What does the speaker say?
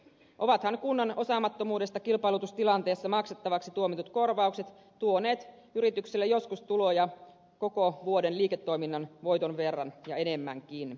ovathan kunnan osaamattomuudesta kilpailutustilanteessa maksettavaksi tuomitut korvaukset tuoneet yrityksille joskus tuloja koko vuoden liiketoiminnan voiton verran ja enemmänkin